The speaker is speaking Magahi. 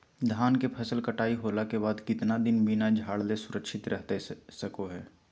धान के फसल कटाई होला के बाद कितना दिन बिना झाड़ले सुरक्षित रहतई सको हय?